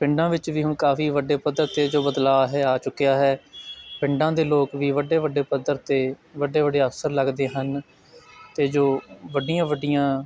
ਪਿੰਡਾਂ ਵਿੱਚ ਵੀ ਹੁਣ ਕਾਫੀ ਵੱਡੇ ਪੱਧਰ 'ਤੇ ਜੋ ਬਦਲਾਅ ਹੈ ਆ ਚੁੱਕਿਆ ਹੈ ਪਿੰਡਾਂ ਦੇ ਲੋਕ ਵੀ ਵੱਡੇ ਵੱਡੇ ਪੱਧਰ 'ਤੇ ਵੱਡੇ ਵੱਡੇ ਅਫਸਰ ਲੱਗਦੇ ਹਨ ਅਤੇ ਜੋ ਵੱਡੀਆਂ ਵੱਡੀਆਂ